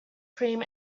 cream